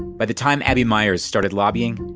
by the time abbey meyers started lobbying,